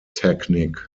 technique